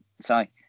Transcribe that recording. sorry